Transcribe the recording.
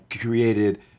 created